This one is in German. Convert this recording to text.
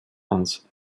ans